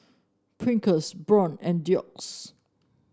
Pringles Braun and Doux